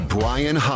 Brian